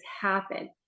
happen